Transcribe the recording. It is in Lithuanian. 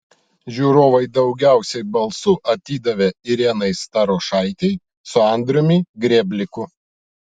žiūrovai daugiausiai balsų atidavė irenai starošaitei su andriumi grėbliku